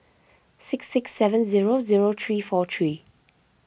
six six seven zero zero three four three